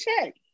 check